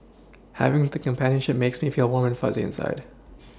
having the companionship makes me feel a warm and fuzzy inside